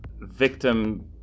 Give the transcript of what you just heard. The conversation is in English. victim